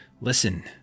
listen